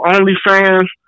OnlyFans